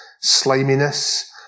sliminess